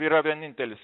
yra vienintelis